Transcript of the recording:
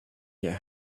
get